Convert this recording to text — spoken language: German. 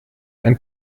ein